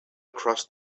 across